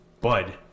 bud